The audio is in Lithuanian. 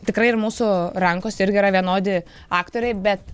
tikrai ir mūsų rankos irgi yra vienodi aktoriai bet